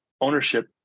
ownership